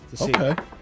Okay